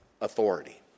authority